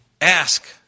Ask